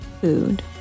food